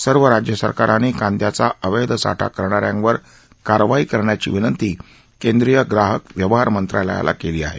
सर्व राज्य सरकारांनी कांद्याचा अवैध साठा करणाऱ्यांवर कारवाई करण्याची विनंती केंद्रीय ग्राहक व्यवहार मंत्रालयानं केली आहे